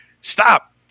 stop